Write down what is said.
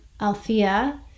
Althea